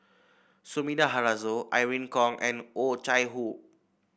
Sumida Haruzo Irene Khong and Oh Chai Hoo